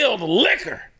liquor